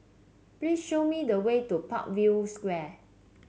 please show me the way to Parkview Square